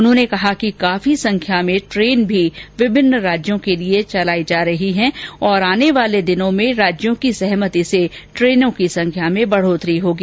उन्होंने कहा कि काफी संख्या में ट्रेन भी विभिन्न राज्यों के लिए चलाई जा रही हैं और आने वाले दिनों में राज्यों की सहमति से ट्रेनों की संख्या में बढोतरी होगी